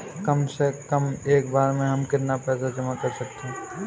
कम से कम एक बार में हम कितना पैसा जमा कर सकते हैं?